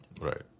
Right